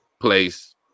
place